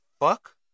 fuck